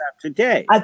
today